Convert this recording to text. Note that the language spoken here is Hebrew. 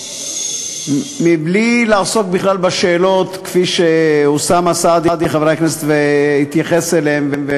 בלי לעסוק בכלל בשאלות כפי שחבר הכנסת אוסאמה סעדי התייחס אליהן,